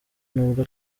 nubwo